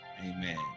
Amen